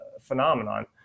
phenomenon